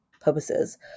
purposes